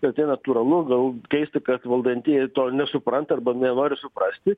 ir tai natūralu gal keista kad valdantieji to nesupranta arba nenori suprasti